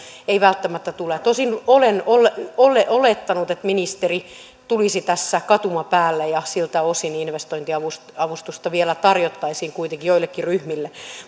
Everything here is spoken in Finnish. ei välttämättä tule tosin olen olettanut että ministeri tulisi tässä katumapäälle ja siltä osin investointiavustusta vielä tarjottaisiin kuitenkin joillekin ryhmille